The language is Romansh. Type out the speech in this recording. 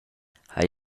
hai